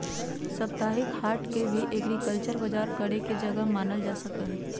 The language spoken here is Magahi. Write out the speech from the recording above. साप्ताहिक हाट के भी एग्रीकल्चरल बजार करे के जगह मानल जा सका हई